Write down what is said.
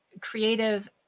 creative